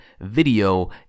Video